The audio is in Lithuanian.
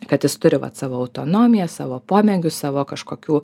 kad jis turi vat savo autonomiją savo pomėgius savo kažkokių